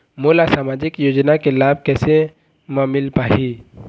मोला सामाजिक योजना के लाभ कैसे म मिल पाही?